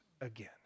again